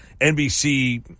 NBC